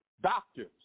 doctors